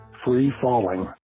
free-falling